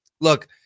look